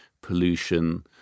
pollution